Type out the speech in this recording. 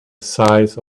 size